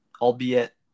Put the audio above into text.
albeit